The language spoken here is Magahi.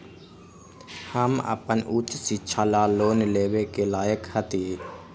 हम अपन उच्च शिक्षा ला लोन लेवे के लायक हती?